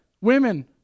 Women